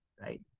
Right